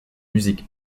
music